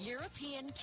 European